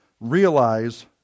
Realize